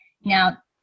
Now